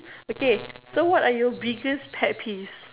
okay so what are your biggest pet peeves